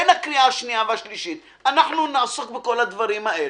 בהכנה לקריאה השנייה והשלישית נעסוק בכל הדברים האלה,